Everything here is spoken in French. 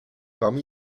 parmi